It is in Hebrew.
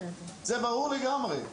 זה ברור לגמרי.